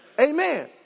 amen